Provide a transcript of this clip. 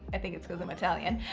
i think it's because i'm italian,